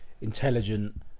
intelligent